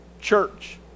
church